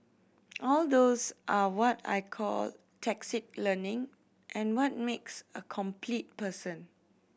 all those are what I call learning and what makes a complete person